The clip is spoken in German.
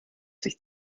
sich